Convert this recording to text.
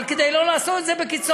אבל כדי לא לעשות את זה בקיצוניות.